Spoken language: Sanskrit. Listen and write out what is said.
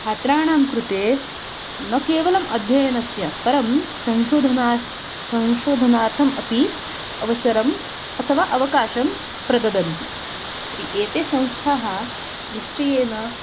छात्राणां कृते न केवलम् अध्ययनस्य परं संशोधनार्थं संशोधनार्थम् अपि अवसरम् अथवा अवकाशं प्रददति तर्हि एते संस्थाः निश्चयेन